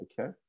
Okay